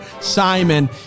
Simon